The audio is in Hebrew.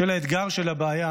בשל האתגר של הבעיה,